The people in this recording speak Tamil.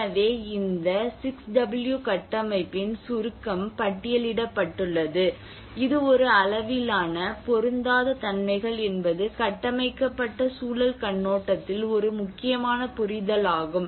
எனவே இந்த 6 டபுள் யூ கட்டமைப்பின் சுருக்கம் பட்டியலிடப்பட்டுள்ளது இது ஒரு அளவிலான பொருந்தாத தன்மைகள் என்பது கட்டமைக்கப்பட்ட சூழல் கண்ணோட்டத்தில் ஒரு முக்கியமான புரிதல் ஆகும்